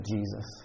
Jesus